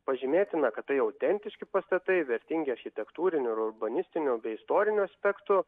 pažymėtina kad tai autentiški pastatai vertingi architektūriniu ir urbanistiniu bei istoriniu aspektu